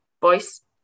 voice